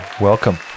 welcome